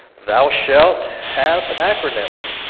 thou shalt have acronyms.